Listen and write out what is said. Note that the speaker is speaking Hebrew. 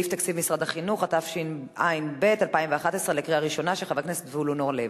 14, אין מתנגדים, אין נמנעים.